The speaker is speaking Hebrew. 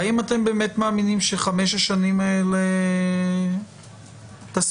והאם אתם באמת מאמינים שחמש השנים האלה תספקנה?